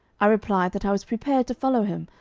i replied that i was prepared to follow him,